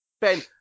Ben